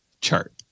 chart